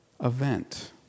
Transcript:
event